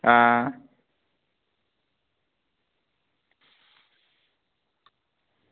आं